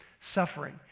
suffering